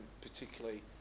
particularly